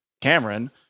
Cameron